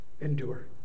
Endure